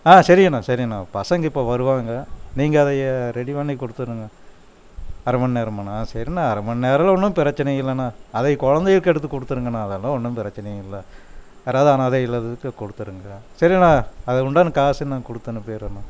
ஆ சரிங்கண்ணா சரிங்கண்ணா பசங்க இப்போ வருவாங்க நீங்கள் அதை ரெடி பண்ணி கொடுத்துருங்க அரை மணி நேரமாண்ணா சரிண்ணா அரை மணி நேரலான் ஒன்றும் பிரச்சனை இல்லைண்ணா அதை குழந்தைக்கு எடுத்து கொடுத்துருங்கண்ணா அதலாம் ஒன்றும் பிரச்சனை இல்லை யாராவது அனாதை இல்லத்துக்கு கொடுத்துருங்க சரிண்ணா அதுக்கு உண்டான காசு நான் கொடுத்து அனுப்பிடுறேண்ணா